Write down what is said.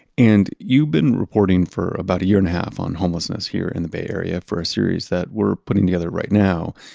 and you've been reporting for about a year and a half on homelessness here in the bay area for a series that we're putting together right now.